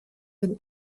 been